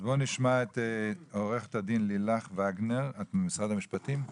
אז בואו נשמע את עורכת הדין לילך וגנר ממשרד המשפטים,